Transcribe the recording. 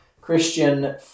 Christian